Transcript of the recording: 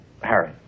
Harry